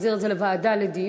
להחזיר את זה לוועדה לדיון,